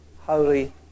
holy